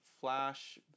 Flash